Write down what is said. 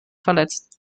verletzt